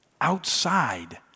Outside